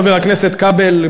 חבר הכנסת כבל,